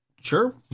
Sure